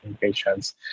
patients